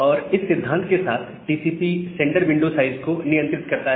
और इस सिद्धांत के साथ टीसीपी सेंडर विंडो साइज को नियंत्रित करता है